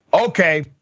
Okay